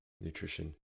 nutrition